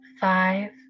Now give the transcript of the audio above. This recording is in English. five